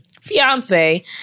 fiance